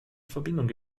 verbindung